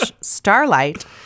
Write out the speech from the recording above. starlight